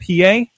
PA